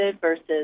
versus